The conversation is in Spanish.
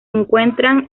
encuentra